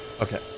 Okay